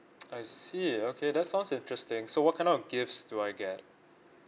I see okay that sounds interesting so what kind of gifts do I get